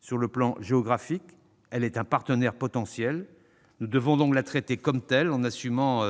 sur le plan géographique et un partenaire potentiel. Nous devons donc la traiter comme telle, en assumant